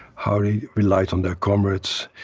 how they relied on their comrades.